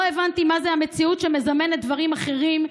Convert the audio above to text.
לא הבנתי מהי המציאות שמזמנת דברים אחרים,